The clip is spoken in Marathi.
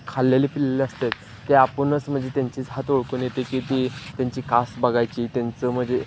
खाल्लेले पिल्ले असत्यातात ते आपणच म्हणजे त्यांचीच हात ओळखून येते की ती त्यांची कास बघायची त्यांचं म्हणजे